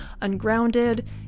ungrounded